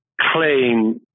claim